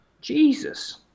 Jesus